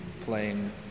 playing